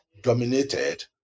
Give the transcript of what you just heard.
dominated